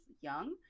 young